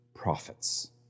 Prophets